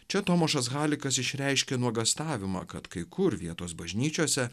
čia tomašas halikas išreiškė nuogąstavimą kad kai kur vietos bažnyčiose